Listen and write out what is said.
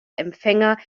empfänger